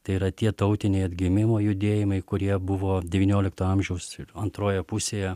tai yra tie tautiniai atgimimo judėjimai kurie buvo devyniolikto amžiaus antroje pusėje